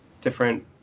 different